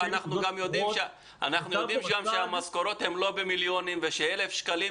אנחנו גם יודעים שהמשכורות הם לא במיליונים וש-1,000 שקלים